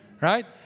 right